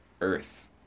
earth